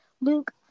luke